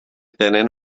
tenen